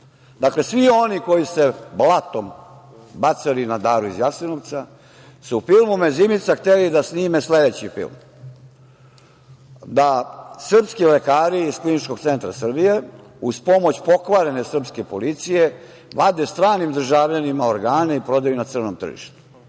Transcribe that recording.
Dakle, svi oni koji su se blatom bacali na „Daru iz Jasenovca“, su filmom „Mezimica“ hteli da snime sledeći film – da srpski lekari iz Kliničkog centra Srbije uz pomoć pokvarene srpske policije vade stranim državljanima organe i prodaju na crnom tržištu.